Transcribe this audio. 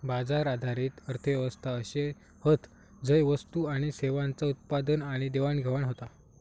बाजार आधारित अर्थ व्यवस्था अशे हत झय वस्तू आणि सेवांचा उत्पादन आणि देवाणघेवाण होता